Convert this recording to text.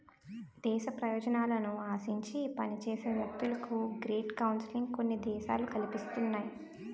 దేశ ప్రయోజనాలను ఆశించి పనిచేసే వ్యక్తులకు గ్రేట్ కౌన్సిలింగ్ కొన్ని దేశాలు కల్పిస్తున్నాయి